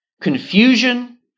confusion